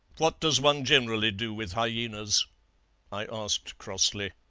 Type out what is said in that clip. what does one generally do with hyaenas i asked crossly.